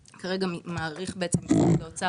כשצרכן יידע שהוא מקבל ערך שמקדם אותו,